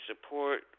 support